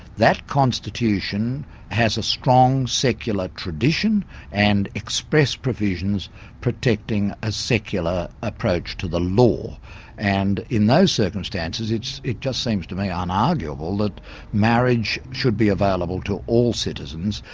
that constitution has a strong secular tradition and express provisions protecting a secular approach to the law and in those circumstances it just seems to me ah unarguable that marriage should be available to all citizens.